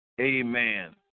Amen